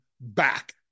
back